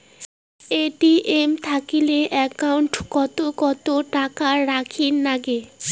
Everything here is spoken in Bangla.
এ.টি.এম থাকিলে একাউন্ট ওত কত টাকা রাখীর নাগে?